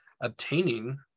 obtaining